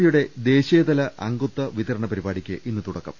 പിയുടെ ദേശീയതല അംഗത്വ വിതരണ പരിപാടിക്ക് ഇന്ന് തുടക്കം